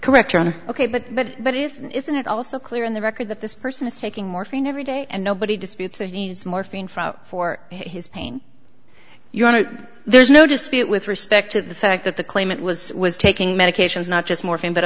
correct ok but but but isn't isn't it also clear in the record that this person is taking morphine every day and nobody disputes that he needs morphine from for his pain you want to there's no dispute with respect to the fact that the claimant was was taking medications not just morphine but